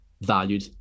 valued